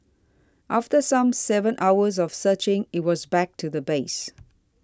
after some seven hours of searching it was back to the base